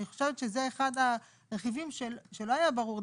אני חושבת שזה אחד הרכיבים שלא היה ברור.